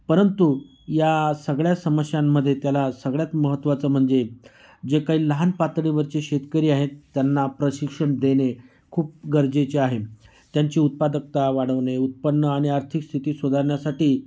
परंतु या सगळ्या समस्यांमध्ये त्याला सगळ्यात महत्त्वाचं म्हणजे जे काही लहान पातळीवरचे शेतकरी आहेत त्यांना प्रशिक्षण देणे खूप गरजेचे आहे त्यांची उत्पादकता वाढवणे उत्पन्न आणि आर्थिक स्थिती सुधारण्यासाठी